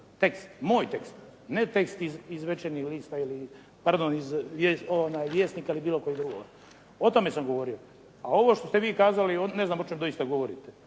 tekst, moj tekst, ne tekst iz Večernjeg lista, pardon iz Vjesnika ili bilo kojeg drugog. O tome sam govorio. A ovo što ste vi kazali, ne znam o čemu isto govorite.